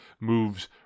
moves